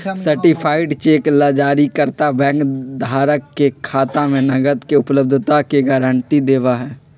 certified check ला जारीकर्ता bank धारक के खाता में नकद के उपलब्धता के गारंटी देवा हई